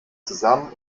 zusammen